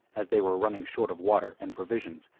as they were running short of water and provisions,